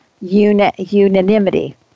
unanimity